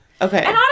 Okay